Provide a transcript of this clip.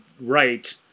right